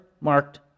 marked